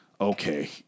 okay